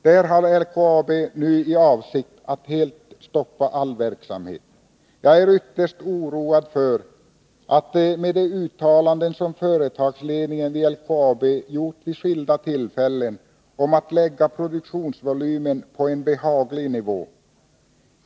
Där har LKAB nu för avsikt att helt stoppa all verksamhet. Jag är ytterst oroad över de uttalanden som företagsledningen vid LKAB vid skilda tillfällen gjort om att lägga produktionsvolymen på en behaglig nivå.